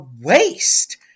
waste